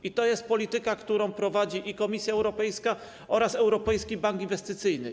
I to jest polityka, którą prowadzi Komisja Europejska oraz Europejski Bank Inwestycyjny.